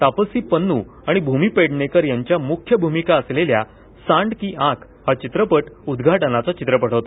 तापसी पन्नू आणि भूमी पेडणेकर यांच्या मुख्य भूमिका असलेल्या सांड की आंख हा चित्रपट ओपनिंग फिल्म म्हणजे उद्घाटनाचा चित्रपट होता